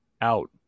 out